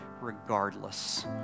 regardless